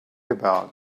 about